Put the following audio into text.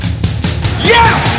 Yes